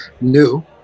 new